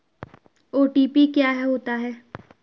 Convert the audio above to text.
OTP क्या होता है?